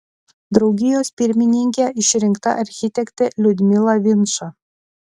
draugijos pirmininke išrinkta architektė liudmila vinča